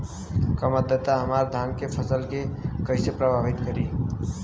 कम आद्रता हमार धान के फसल के कइसे प्रभावित करी?